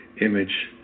image